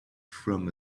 from